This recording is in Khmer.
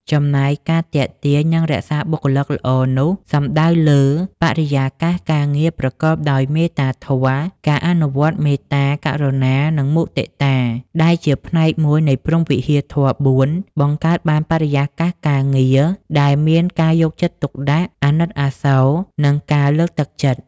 ចំណែក ការទាក់ទាញ និងរក្សាបុគ្គលិកល្អនោះសំដៅលើ បរិយាកាសការងារប្រកបដោយមេត្តាធម៌: ការអនុវត្ត មេត្តា ករុណា និងមុទិតា ដែលជាផ្នែកមួយនៃព្រហ្មវិហារធម៌៤ បង្កើតបានបរិយាកាសការងារដែលមានការយកចិត្តទុកដាក់ អាណិតអាសូរ និងការលើកទឹកចិត្ត។